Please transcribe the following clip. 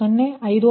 056 ಮತ್ತು 0